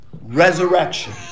resurrection